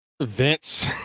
Vince